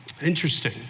Interesting